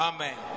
Amen